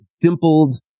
dimpled